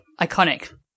iconic